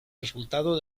resultado